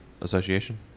Association